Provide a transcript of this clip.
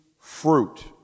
fruit